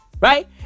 Right